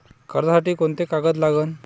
कर्जसाठी कोंते कागद लागन?